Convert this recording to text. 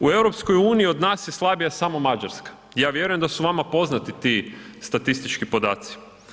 U EU od nas je slabija samo Mađarska, ja vjerujem da su vama poznati ti statistički podaci.